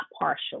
partially